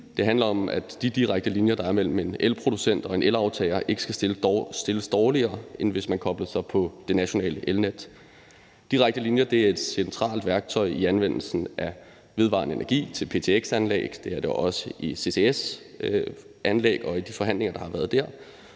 at man i forhold til de direkte linjer, der er mellem en elproducent og en elaftager, ikke skal stilles dårligere, end hvis man koblede sig på det nationale elnet. Direkte linjer er et centralt værktøj i anvendelsen af vedvarende energi til ptx-anlæg. Det er det også i ccs-anlæg og i forhold til de forhandlinger, der har været om